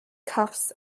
cuffs